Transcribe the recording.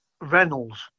Reynolds